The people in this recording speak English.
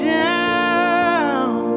down